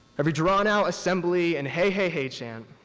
every drawn out assembly and hey, hey, hey chant,